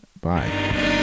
bye